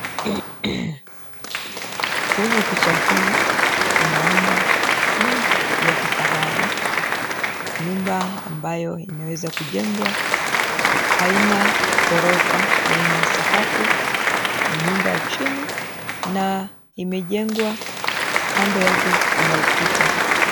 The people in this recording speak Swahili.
Kwenye picha hii tunaona nyumba ya kifahari, nyumba ambayo imewezakujengwa haina ghorofa, haina sakafu. Ni nyumba ya chini na imejengwa kando yake kuna ukuta.